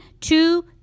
two